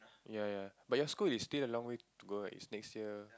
ya ya but your school is still long way to go right it's next year